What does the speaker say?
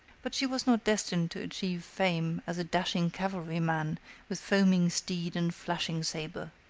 but she was not destined to achieve fame as a dashing cavalry man with foaming steed and flashing sabre.